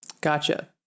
Gotcha